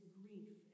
grief